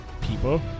people